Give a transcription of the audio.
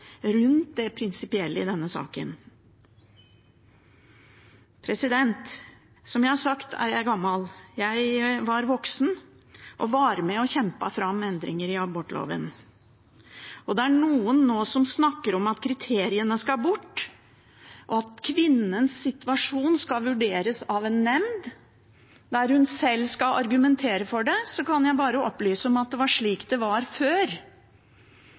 rundt det prinsipielle i denne saken. Som jeg har sagt, er jeg gammel. Jeg var voksen og var med og kjempet fram endringer i abortloven. Det er noen nå som snakker om at kriteriene skal bort, og at kvinnens situasjon skal vurderes av en nemnd, der hun sjøl skal argumentere for det. Da kan jeg bare opplyse om at det var slik det var før